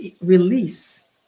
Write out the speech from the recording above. release